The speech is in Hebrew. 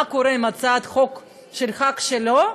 קורה עם הצעת החוק של חבר הכנסת שלו,